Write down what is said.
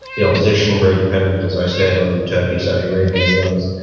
the opposition very dependent, as i said, on turkey, saudi arabia and the others,